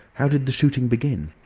how did the shooting begin?